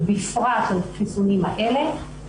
ובפרט לחיסונים האלה.